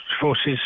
forces